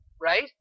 Right